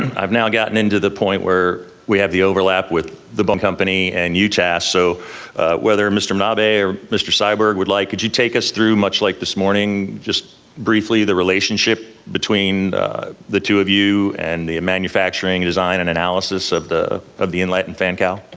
i've now gotten into the point where we have the overlap with the boeing company and utas, so whether mr. minabe or mr. syberg would like, could you take us through, much like this morning, just briefly the relationship between the two of you and the manufacturing design and analysis of the of the inlet and fan cowl?